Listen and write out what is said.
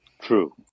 True